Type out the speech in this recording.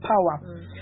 power